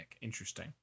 Interesting